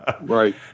Right